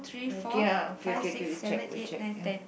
okay lah okay okay okay we check we check ya